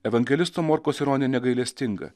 evangelisto morkaus ironija negailestinga